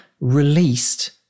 released